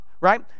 right